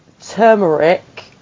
turmeric